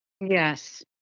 Yes